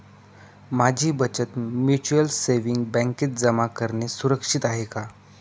माझी बचत mutual savings बँकेत जमा करणे सुरक्षित आहे का